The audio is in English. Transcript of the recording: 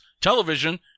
television